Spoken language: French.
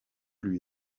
lui